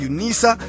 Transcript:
Unisa